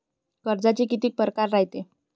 कर्जाचे कितीक परकार रायते?